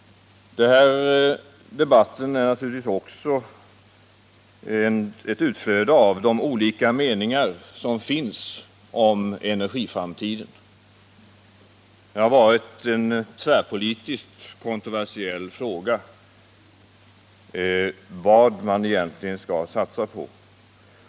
Denna debatt är naturligtvis också ett utflöde av de olika meningar som finns om energiframtiden. Det har varit en tvärpolitiskt kontroversiell fråga vad man egentligen skall satsa på.